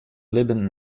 libben